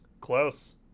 Close